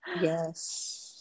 yes